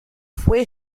fue